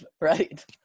Right